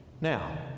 now